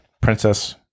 Princess